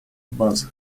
базы